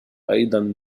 أيضا